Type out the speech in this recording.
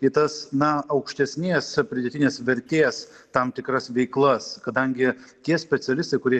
į tas na aukštesnės pridėtinės vertės tam tikras veiklas kadangi tie specialistai kurie